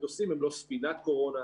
המטוסים הם לא ספינת קורונה.